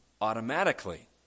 automatically